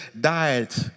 diet